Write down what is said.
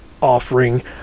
offering